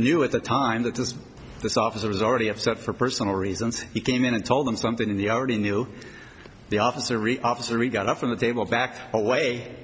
knew at the time that this this officers already upset for personal reasons he came in and told them something the already knew the officer officer reed got up from the table backed away